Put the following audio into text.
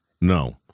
no